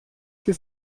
sie